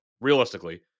Realistically